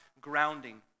grounding